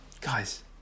guys